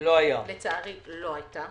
לצערי לא היתה.